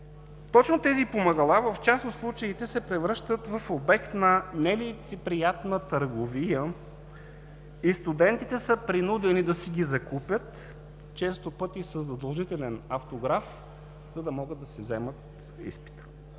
Точно тези помагала в част от случаите се превръщат в обект на нелицеприятна търговия и студентите са принудени да си ги закупят, често пъти със задължителен автограф, за да могат да си вземат изпита.